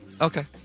okay